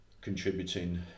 contributing